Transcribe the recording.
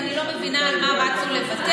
אז אני לא מבינה על מה רצו לבטל.